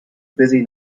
busy